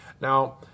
Now